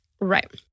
Right